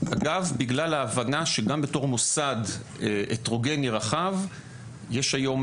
אגב בגלל ההבנה שגם בתור מוסד הטרוגני רחב יש היום